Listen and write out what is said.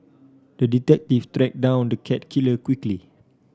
the detective tracked down the cat killer quickly